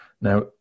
now